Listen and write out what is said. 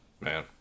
Man